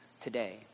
today